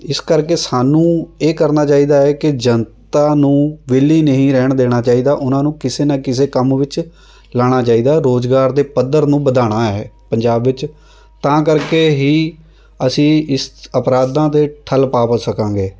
ਇਸ ਕਰਕੇ ਸਾਨੂੰ ਇਹ ਕਰਨਾ ਚਾਹੀਦਾ ਹੈ ਕਿ ਜਨਤਾ ਨੂੰ ਵਿਹਲੀ ਨਹੀਂ ਰਹਿਣ ਦੇਣਾ ਚਾਹੀਦਾ ਉਹਨਾਂ ਨੂੰ ਕਿਸੇ ਨਾ ਕਿਸੇ ਕੰਮ ਵਿੱਚ ਲਾਉਣਾ ਚਾਹੀਦਾ ਰੁਜ਼ਗਾਰ ਦੇ ਪੱਧਰ ਨੂੰ ਵਧਾਉਣਾ ਹੈ ਪੰਜਾਬ ਵਿੱਚ ਤਾਂ ਕਰਕੇ ਹੀ ਅਸੀਂ ਇਸ ਅਪਰਾਧਾਂ 'ਤੇ ਠੱਲ੍ਹ ਪਾ ਪਾ ਸਕਾਂਗੇ